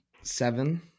seven